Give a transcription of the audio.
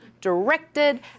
directed